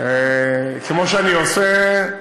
כמו שאני עושה.